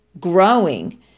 growing